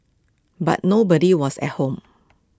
but nobody was at home